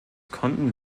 konnten